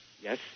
Yes